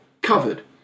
covered